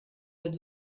wird